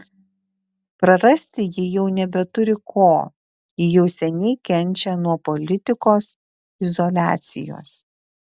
prarasti ji jau nebeturi ko ji jau seniai kenčia nuo politikos izoliacijos